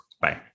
bye